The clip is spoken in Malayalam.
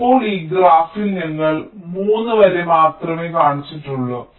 ഇപ്പോൾ ഈ ഗ്രാഫിൽ ഞങ്ങൾ 3 വരെ മാത്രമേ കാണിച്ചിട്ടുള്ളൂ